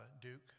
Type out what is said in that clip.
Duke